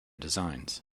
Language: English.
designs